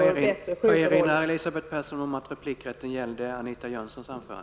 Jag erinrar igen om att replikrätten gäller Anita